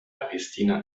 palästina